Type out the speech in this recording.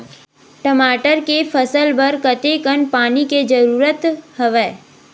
टमाटर के फसल बर कतेकन पानी के जरूरत हवय?